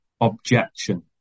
objection